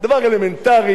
אני מבטיח לכם